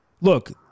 look